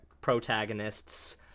protagonists